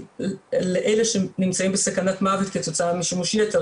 לאלה שנמצאים בסכנת מוות כתוצאה משימוש יתר,